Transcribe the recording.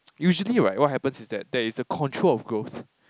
usually right what happens is that there is a control of growth